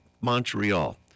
Montreal